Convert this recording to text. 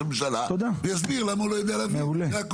הממשלה ויסביר למה הוא לא יודע לעשות את זה.